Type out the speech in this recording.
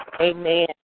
Amen